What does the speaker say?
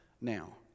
now